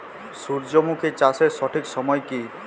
সূর্যমুখী চাষের সঠিক সময় কি?